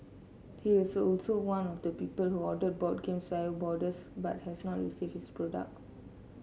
he was also one of the people who ordered board games via boarders but has not received his products